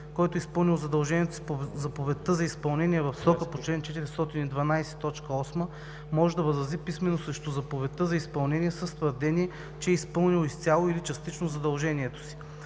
който е изпълнил задължението си по заповедта за изпълнение в срока по чл. 412, т. 8 може да възрази писмено срещу заповедта за изпълнение с твърдение, че е изпълнил изцяло или частично задължението си.